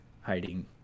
hiding